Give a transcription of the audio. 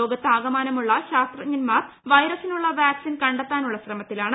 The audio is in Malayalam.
ലോകത്താകമാനമുള്ള ശാസ്ത്രജ്ഞൻമാർ വൈറസിനുള്ള വാക്സിൻ കണ്ടെത്താനുള്ള ശ്രമത്തിലാണ്